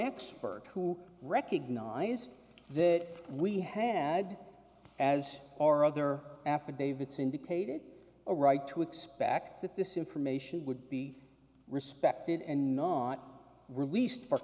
expert who recognized that we had as our other affidavits indicated a right to expect that this information would be respected and not released for